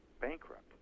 bankrupt